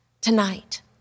tonight